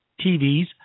TVs